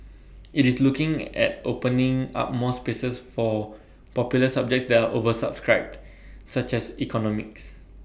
IT is looking at opening up more places for popular subjects that are oversubscribed such as economics